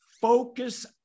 focus